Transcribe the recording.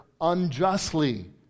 unjustly